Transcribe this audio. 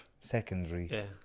secondary